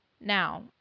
Now